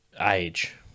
age